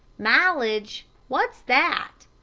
mileage? what's that?